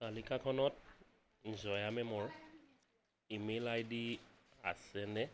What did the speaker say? তালিকাখনত জয়া মেমৰ email I D আছেনে